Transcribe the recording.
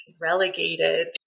relegated